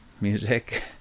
music